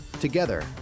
Together